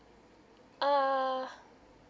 err